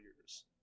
years